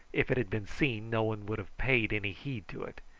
if it had been seen, no one would have paid any heed to it.